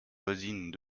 voisines